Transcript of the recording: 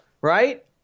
right